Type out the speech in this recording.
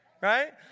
right